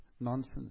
nonsense